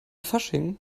fasching